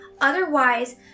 Otherwise